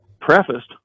prefaced